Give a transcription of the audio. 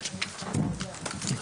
הישיבה ננעלה בשעה 11:00.